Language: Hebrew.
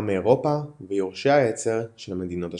מאירופה ויורשי העצר של המדינות השכנות.